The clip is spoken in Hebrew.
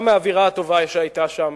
גם מהאווירה הטובה שהיתה שם,